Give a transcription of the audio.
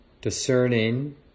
discerning